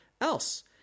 else